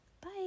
Bye